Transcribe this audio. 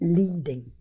leading